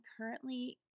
currently